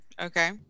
Okay